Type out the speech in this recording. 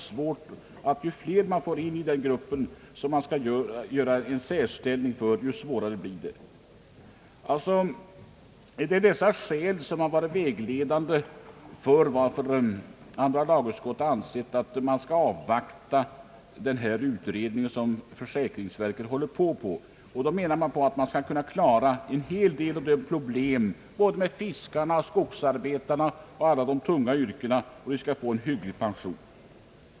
Ju fler man skall ge en särställning desto svårare blir det. Detta är alltså de skäl som varit vägledande för andra lagutskottets uppfattning att man skall avvakta den utredning som riksförsäkringsverket gör. Man räknar med att utredningen skall kunna klara en hel del problem för fiskarna och skogsarbetarna och dem som arbetar i de tunga yrkena så att de får en hygglig pension.